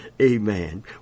Amen